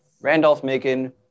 Randolph-Macon